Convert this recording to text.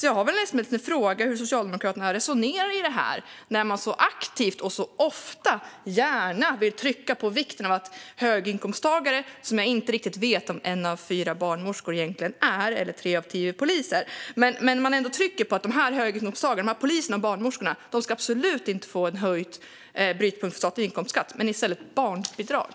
Jag vill fråga hur Socialdemokraterna resonerar i detta när man så aktivt, ofta och gärna vill trycka på vikten av att höginkomsttagare - vilket jag inte riktigt vet om en av fyra barnmorskor eller tre av tio poliser egentligen är - absolut inte ska få höjd brytpunkt för statlig inkomstskatt, utan i stället ska de få barnbidrag.